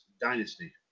Dynasty